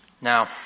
Now